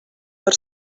per